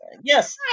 yes